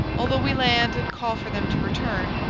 although we land and call for them to return,